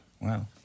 Wow